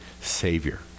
Savior